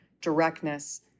directness